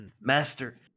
Master